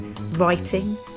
writing